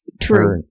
True